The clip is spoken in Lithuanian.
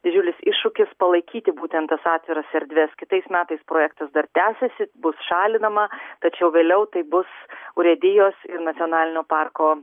didžiulis iššūkis palaikyti būtent tas atviras erdves kitais metais projektas dar tęsiasi bus šalinama tačiau vėliau tai bus urėdijos ir nacionalinio parko